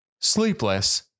Sleepless